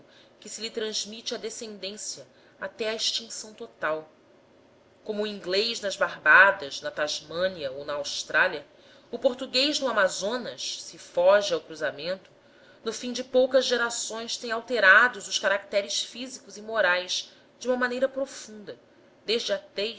que se lhe transmite à descendência até à extinção total como o inglês nas barbadas na tasmânia ou na austrália o português no amazonas se foge ao cruzamento no fim de poucas gerações tem alterados os caracteres físicos e morais de uma maneira profunda desde